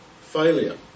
failure